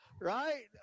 right